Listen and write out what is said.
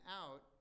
out